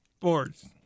Boards